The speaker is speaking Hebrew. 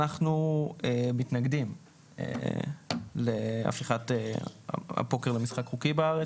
אנחנו מתנגדים להפיכת הפוקר למשחק חוקי בארץ.